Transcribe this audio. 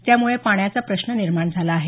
त्यामुळे पाण्याचा प्रश्न निर्माण झाला आहे